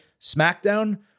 SmackDown